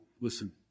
listen